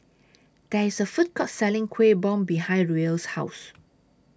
There IS A Food Court Selling Kuih Bom behind Ruel's House